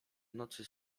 nocy